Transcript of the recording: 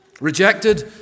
Rejected